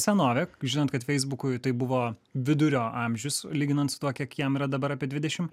senovę žinant kad feisbukui tai buvo vidurio amžius lyginant su tuo kiek jam yra dabar apie dvidešimt